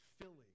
filling